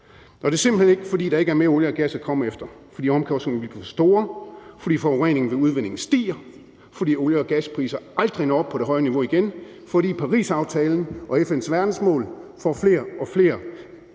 det er simpelt hen ikke, fordi der ikke er mere olie og gas at komme efter, men fordi omkostningerne vil blive for store, fordi forureningen ved udvindingen stiger, fordi olie- og gaspriser aldrig når op på det høje niveau igen, fordi Parisaftalen og FN's verdensmål får flere og flere